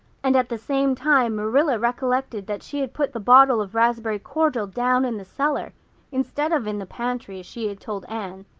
and at the same time marilla recollected that she had put the bottle of raspberry cordial down in the cellar instead of in the pantry as she had told anne.